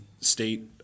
state